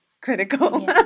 critical